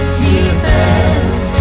defense